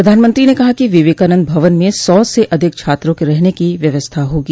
प्रधानमंत्री ने कहा कि विवेकानंद भवन में सा से अधिक छात्रों के रहने की व्यवस्था होगी